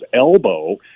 elbow